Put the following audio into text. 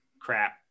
crap